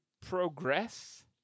progress